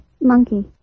monkey